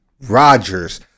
Rodgers